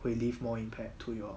will leave more impact to your